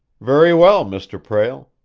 very well, mr. prale.